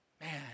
Man